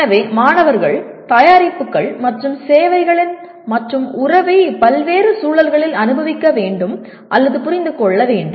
எனவே மாணவர்கள் தயாரிப்புகள் மற்றும் சேவைகளின் மற்றும் உறவை பல்வேறு சூழல்களில் அனுபவிக்க வேண்டும் அல்லது புரிந்து கொள்ள வேண்டும்